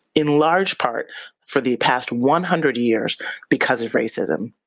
in large part for the past one hundred years because of racism.